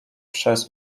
przez